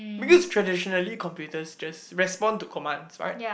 because traditionally computers just respond to commands right